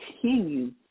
continue